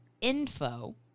info